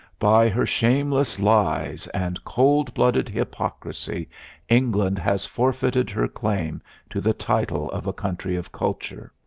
by her shameless lies and cold-blooded hypocrisy england has forfeited her claim to the title of a country of culture.